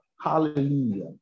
Hallelujah